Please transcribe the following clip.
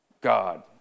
God